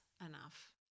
enough